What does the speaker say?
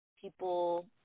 people